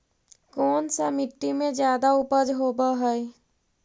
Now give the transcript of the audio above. कोन सा मिट्टी मे ज्यादा उपज होबहय?